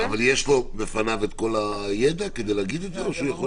אבל יש בפניו את כל הידע כדי להגיד את זה או שהוא יכול ---?